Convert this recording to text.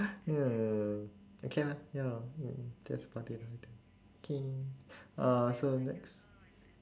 ya okay lah ya lor mm that's about it lah I think okay uh so next